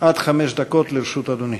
לרשות אדוני.